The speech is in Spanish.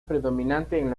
predominantemente